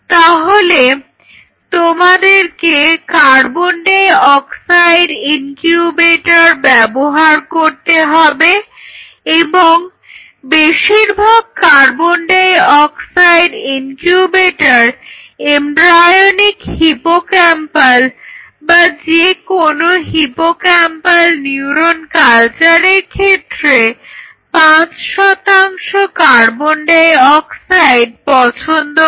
তাহলে তোমাদেরকে carbon dioxide incubator ব্যবহার করতে হবে এবং বেশিরভাগ carbon dioxide incubator embryonic hippocampal বা যেকোনো হিপোক্যাম্পাল নিউরোন কালচারের ক্ষেত্রে 5 কার্বন ডাই অক্সাইড পছন্দ করে